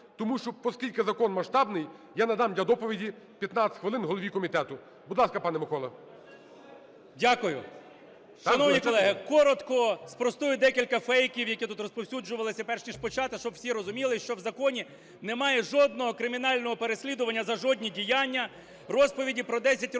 тому що оскільки закон масштабний, я надам для доповіді 15 хвилин голові комітету. Будь ласка, пане Миколо. 17:53:39 КНЯЖИЦЬКИЙ М.Л. Дякую. Шановні колеги, коротко спростую декілька фейків, які тут розповсюджувалися, перш ніж почати, щоби всі розуміли, що в законі немає жодного кримінального переслідування за жодні діяння. Розповіді про 10 років